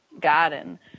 garden